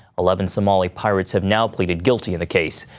eleven somali pirates have now pleaded guilty in the case.